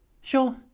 Sure